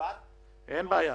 בשישי-שבת ייוצאו בצו --- אין בעיה.